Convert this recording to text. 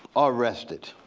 or rested.